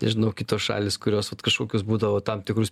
nežinau kitos šalys kurios vat kažkokius būdavo tam tikrus